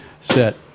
set